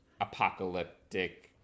apocalyptic